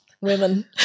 women